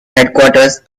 headquarters